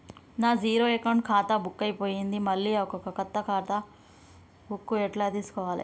నా zero account ఖాతా book పోయింది మళ్ళా కొత్త ఖాతా బుక్కు ఎట్ల తీసుకోవాలే?